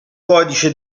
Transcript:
codice